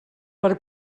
per